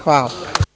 Hvala.